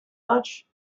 much